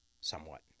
somewhat